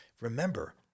remember